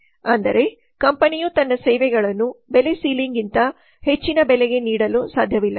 ಅಂದರೆ ಕಂಪನಿಯು ತನ್ನ ಸೇವೆಗಳನ್ನು ಬೆಲೆ ಸೀಲಿಂಗ್ಗಿಂತ ಹೆಚ್ಚಿನ ಬೆಲೆಗೆ ನೀಡಲು ಸಾಧ್ಯವಿಲ್ಲ